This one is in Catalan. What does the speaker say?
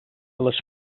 les